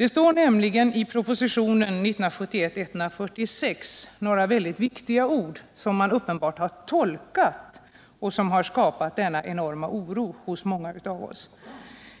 I propositionen 1971:146 står det några mycket viktiga ord som regeringen emellertid har rolkat på ett sådant sätt att det skapat en enorm oro hos många av oss. Det är följande rader: